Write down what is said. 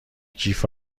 کیف